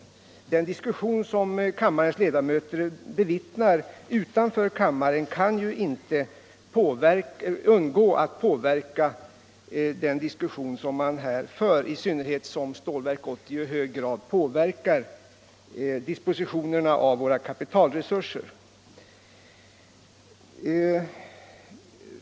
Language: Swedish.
Den diskussion som kammarens ledamöter i dag bevittnar utanför kammaren kan ju inte undgå att påverka den diskussion som förs här, i synnerhet som Stålverk 80 i hög grad berör dispositionerna av våra kapitalresurser.